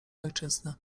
ojczyzny